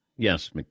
Yes